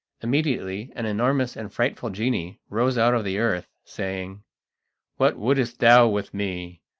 immediately an enormous and frightful genie rose out of the earth, saying what wouldst thou with me?